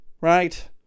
right